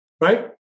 right